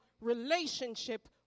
relationship